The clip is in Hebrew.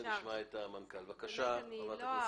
כהן-פארן, בקשה.